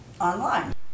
online